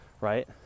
right